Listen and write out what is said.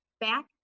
back